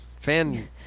Fan